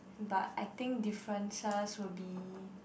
but I think differences will be